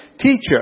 Teacher